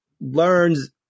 learns